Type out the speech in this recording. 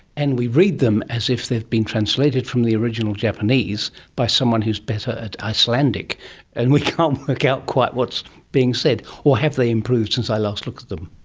and we read them as if they've been translated from the original japanese by someone who is better at icelandic and we can't work out quite what's being said. or have they improved since i last looked at them?